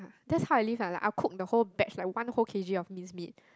that's how I live lah like I'll cook the whole batch like one whole K_G of mince meat